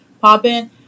popping